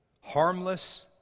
harmless